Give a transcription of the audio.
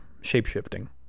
shape-shifting